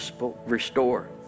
restore